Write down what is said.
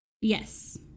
Yes